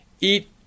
Eat